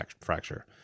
fracture